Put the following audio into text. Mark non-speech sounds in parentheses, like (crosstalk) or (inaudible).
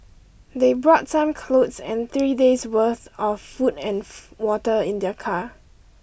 they brought some clothes and three days' worth of food and (unintelligible) water in their car